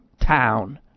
town